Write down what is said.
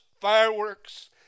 fireworks